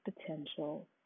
potential